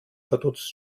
verdutzt